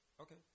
Okay